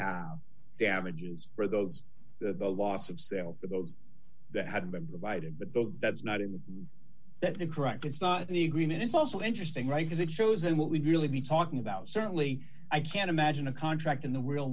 have damages for those the loss of sale that those that had been provided but those that's not in that the correct it's not the agreement it's also interesting right because it shows and what we've really been talking about certainly i can't imagine a contract in the real